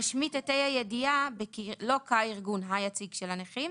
נשמיט את ה' הידיעה לא כהארגון היציג של הנכים,